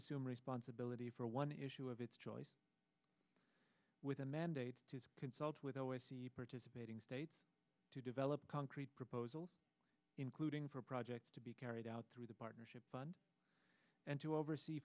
assume responsibility for one issue of its choice with a mandate to consult with always participating states to develop concrete proposals including for a project to be carried out through the partnership fund and to oversee